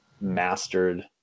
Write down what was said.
mastered